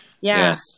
Yes